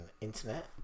internet